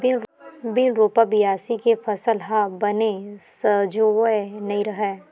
बिन रोपा, बियासी के फसल ह बने सजोवय नइ रहय